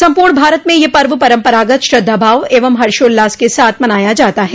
सम्पूर्ण भारत में यह पर्व परम्परागत श्रद्धाभाव एवं हर्षोल्लास के साथ मनाया जाता है